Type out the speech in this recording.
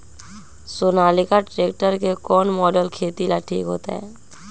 Sonalika tractor के कौन model खेती ला ठीक होतै?